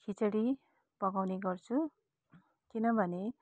खिचडी पकाउने गर्छु किनभने